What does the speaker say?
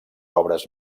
obres